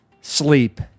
sleep